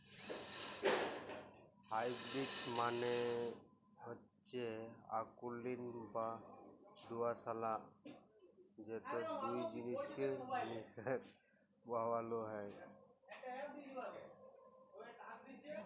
hybrid মালে হচ্যে অকুলীন বা দুআঁশলা যেট দুট জিলিসকে মিশাই বালালো হ্যয়